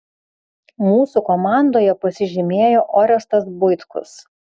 mūsų komandoje pasižymėjo orestas buitkus